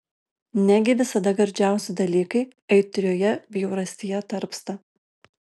negi visada gardžiausi dalykai aitrioje bjaurastyje tarpsta